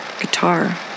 guitar